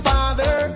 Father